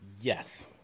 Yes